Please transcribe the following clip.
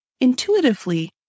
Intuitively